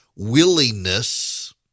willingness